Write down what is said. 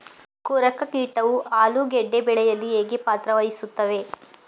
ಕೊರಕ ಕೀಟವು ಆಲೂಗೆಡ್ಡೆ ಬೆಳೆಯಲ್ಲಿ ಹೇಗೆ ಪಾತ್ರ ವಹಿಸುತ್ತವೆ?